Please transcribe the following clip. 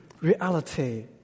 reality